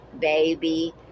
baby